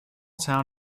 town